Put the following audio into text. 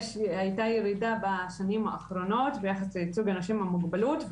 היתה ירידה בשנים האחרונות ביחס לייצוג אנשים עם מוגבלות.